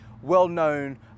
well-known